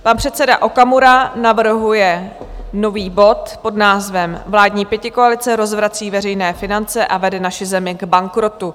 Pan předseda Okamura navrhuje nový bod pod s názvem Vládní pětikoalice rozvrací veřejné finance a vede naši zemi k bankrotu.